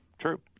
True